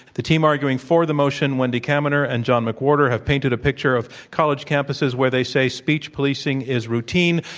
the team arguing for the motion, wendy kaminer and john mcwhorter, have painted a picture of college campuses where they say speech policing is routine,